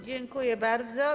Dziękuję bardzo.